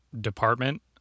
department